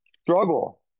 struggle